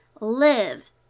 live